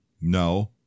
No